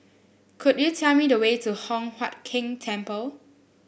could you tell me the way to Hock Huat Keng Temple